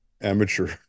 amateur